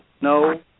no